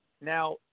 Now